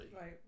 Right